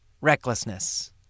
recklessness